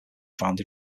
found